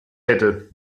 hätte